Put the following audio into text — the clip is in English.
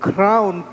crown